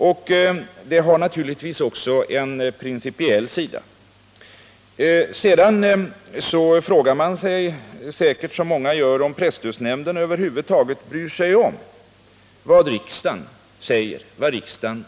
Det hela har naturligtvis också en principiell sida. Sedan frågar sig säkert många om presstödsnämnden över huvud taget bryr sig om vad riksdagen har beslutat.